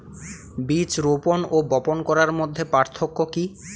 বীজ রোপন ও বপন করার মধ্যে পার্থক্য কি?